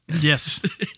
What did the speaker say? Yes